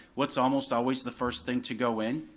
what's almost always the first thing to go in?